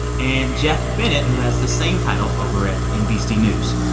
and geoff bennett, who has the same title over at nbc news.